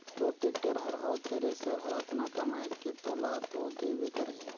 तोर टेक्टर हर अउ थेरेसर हर अतना कमाये के तोला तो देबे करही